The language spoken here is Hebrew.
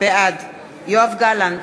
בעד יואב גלנט,